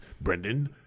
Brendan